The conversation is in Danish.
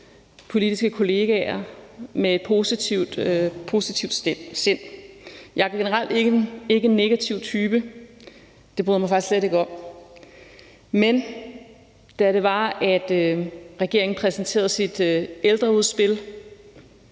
politiske kollegaer med et positivt sind. Jeg er generelt ikke en negativ type. Det bryder jeg mig faktisk slet ikke om. Men da regeringen præsenterede sit ældreudspil,